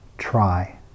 Try